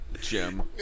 Jim